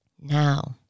Now